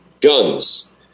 guns